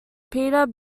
peter